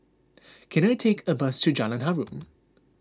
can I take a bus to Jalan Harum